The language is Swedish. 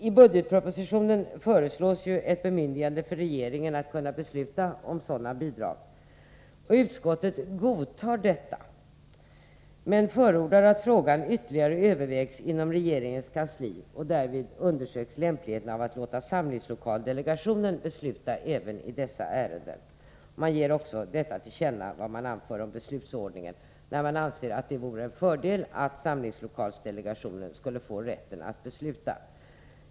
I budgetpropositionen föreslås ett bemyndigande för regeringen att kunna besluta om sådana bidrag. Utskottet godtar detta, men förordar att frågan ytterligare övervägs inom regeringens kansli och att därvid undersöks lämpligheten av att låta samlingslokaldelegationen besluta även i dessa ärenden. Utskottet föreslår att riksdagen skall ge regeringen till känna vad man anfört om beslutsordningen, dvs. uppfattningen att det vore en fördel om samlingslokaldelegationen finge rätten att besluta.